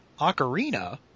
Ocarina